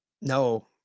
No